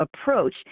approach